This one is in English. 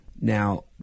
Now